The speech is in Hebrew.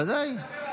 ודאי.